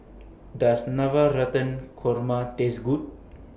Does Korma Taste Good